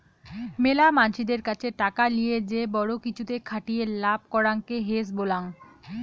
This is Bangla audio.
মেলা মানসিদের কাছে টাকা লিয়ে যে বড়ো কিছুতে খাটিয়ে লাভ করাঙকে হেজ বলাং